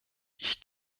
ich